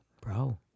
Bro